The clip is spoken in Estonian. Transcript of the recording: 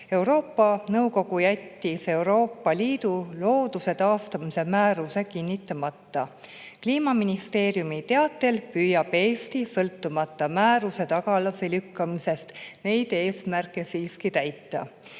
"Euroopa Nõukogu jättis Euroopa Liidu looduse taastamise määruse kinnitamata. Kliimaministeeriumi teatel püüab Eesti sõltumata määruse tagasilükkamisest neid eesmärke siiski täita.